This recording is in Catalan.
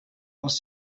els